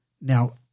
Now